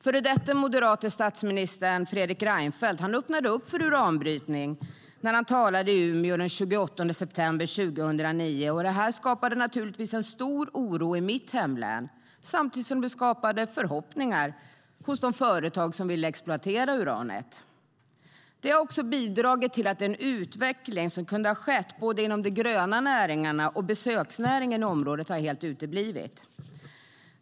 Den före detta statsministern, moderaten Fredrik Reinfeldt, öppnade upp för uranbrytning när han talade i Umeå den 28 september 2009. Detta skapade naturligtvis en stor oro i mitt hemlän, samtidigt som det skapade förhoppningar hos de företag som vill exploatera uranet. Det har också bidragit till att den utveckling som kunde ha skett inom både de gröna näringarna och besöksnäringen i området helt har uteblivit.